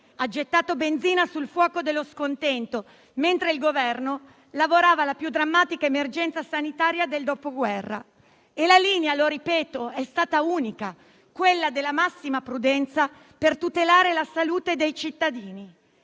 ha gettato benzina sul fuoco dello scontento, mentre il Governo lavorava alla più drammatica emergenza sanitaria del dopoguerra. Ripeto che la linea è stata unica e ispirata alla massima prudenza, per tutelare la salute dei cittadini.